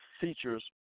features